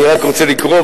אני רק רוצה לקרוא,